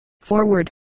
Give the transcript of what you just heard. Forward